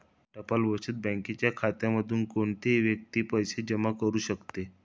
टपाल बचत बँकेच्या माध्यमातून कोणतीही व्यक्ती पैसे जमा करू शकते